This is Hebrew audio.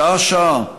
שעה-שעה,